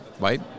right